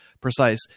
precise